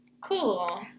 Cool